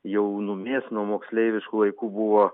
jaunumės nuo moksleiviškų laikų buvo